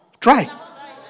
Try